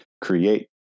create